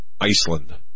Iceland